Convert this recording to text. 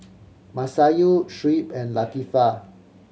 Masayu Shuib and Latifa